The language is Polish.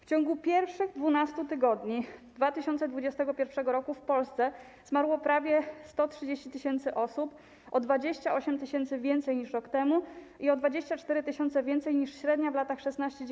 W ciągu pierwszych 12 tygodni 2021 r. w Polsce zmarło prawie 130 tys. osób, o 28 tys. więcej niż rok temu i o 24 tys. więcej niż średnia w latach 2016–2019.